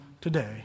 today